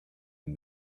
and